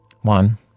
One